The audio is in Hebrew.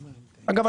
אגב,